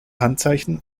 handzeichen